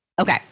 okay